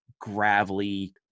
gravelly